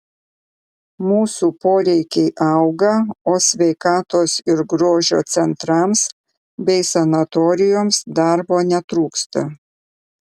mūsų poreikiai auga o sveikatos ir grožio centrams bei sanatorijoms darbo netrūksta